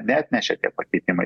neatnešė tie pakeitimai